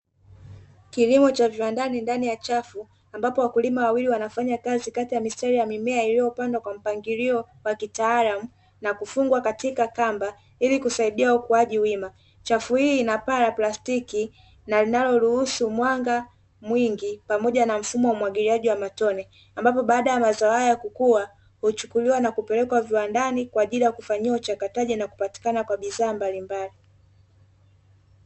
Kilimo cha viwandani ndani ya chafu ambapo wakulima wawili wanafanya kazi kati ya mistari ya mimea, iliyopandwa kwa mpangilio wa kitaalamu na kufungwa katika kamba ili kusaidia ukuaji wima chafu hii ina paa la plastiki na linaloruhusu mwanga mwingi pamoja na mfumo wa umwagiliaji wa matone, ambapo baada ya mazoezi kuwa huchukuliwa na kupelekwa viwandani kwa ajili ya kufanyiwa uchakataji na kupatikana kwa bidhaa mbalimbali.